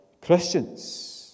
Christians